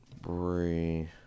Bree